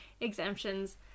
exemptions